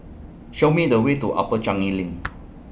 Show Me The Way to Upper Changi LINK